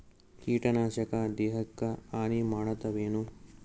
ಕೀಟನಾಶಕ ದೇಹಕ್ಕ ಹಾನಿ ಮಾಡತವೇನು?